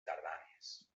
tardanes